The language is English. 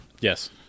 Yes